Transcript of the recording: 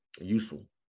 useful